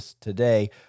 today